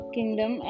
Kingdom